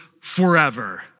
forever